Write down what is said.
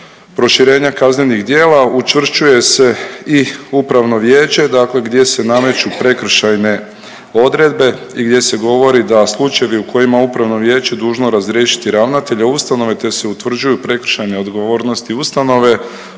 proširenja kaznenih djela učvršćuje se i upravno vijeće dakle gdje se nameću prekršajne odredbe i gdje se govori da slučajevi u kojima upravno vijeće je dužno razriješiti ravnatelja ustanove, te se utvrđuju prekršajne odgovornosti ustanove,